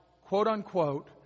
quote-unquote